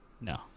No